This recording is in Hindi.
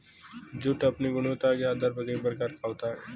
जूट अपनी गुणवत्ता के आधार पर कई प्रकार का होता है